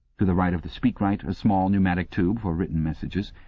to the right of the speakwrite, a small pneumatic tube for written messages,